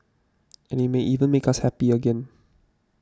and it may even make us happy again